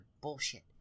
bullshit